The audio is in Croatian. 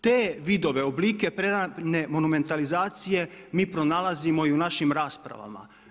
Te vidove, oblike prerane monumentalizacije mi pronalazimo i u našim raspravama.